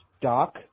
Doc